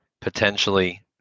potentially